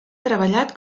treballat